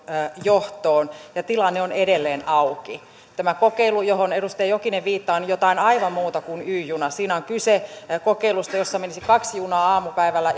johtoon ja tilanne on edelleen auki tämä kokeilu johon edustaja jokinen viittaa on jotain aivan muuta kuin y juna siinä on kyse kokeilusta jossa menisi kaksi junaa aamupäivällä